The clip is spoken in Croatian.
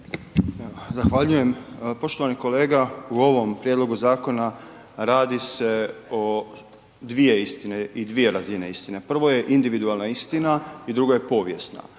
Zahvaljujem. Poštovani kolega u ovom prijedlogu zakona radi se o dvije istine i dvije razine istine. Prvo je individualna istina i drugo je povijesna.